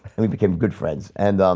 and we became good friends and um,